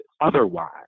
otherwise